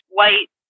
white